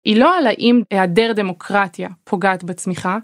היא לא על 'האם היעדר דמוקרטיה פוגעת בצמיחה'